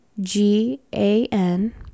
g-a-n